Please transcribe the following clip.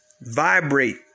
vibrate